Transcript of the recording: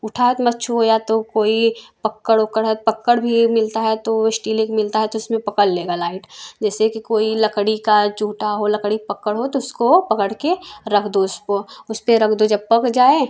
उठा है तो मत छूओ या तो कोई पकड़ वकड़ है पकड़ भी मिलता है स्टील ही के मिलता है तो उसमें पकड़ लेगा लाइट जैसे कि कोई लकड़ी का जूठा हो लकड़ी का पकड़ हो तो उसको पकड़ के रख दो उसको उसपे रख दो जब पक जाए